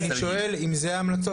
אז אני שואל אם זה ההמלצות,